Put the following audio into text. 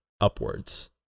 upwards